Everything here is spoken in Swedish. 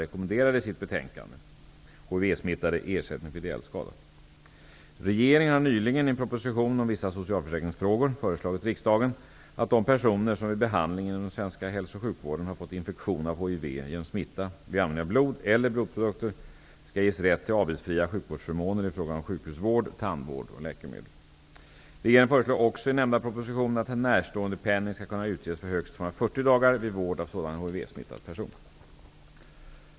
Regeringen har nyligen i proposition 1992/93:178 om vissa socialförsäkringsfrågor föreslagit riksdagen att de personer som vid behandling inom den svenska hälso och sjukvården har fått infektion av hiv genom smitta vid användning av blod eller blodprodukter skall ges rätt till avgiftsfria sjukvårdsförmåner i fråga om sjukhusvård, tandvård och läkemedel. Regeringen föreslår också i nämnda proposition att närståendepenning skall kunna utges för högst 240 dagar vid vård av en sådan hivsmittad person.